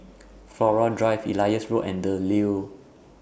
Flora Drive Elias Road and The Leo